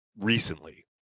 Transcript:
recently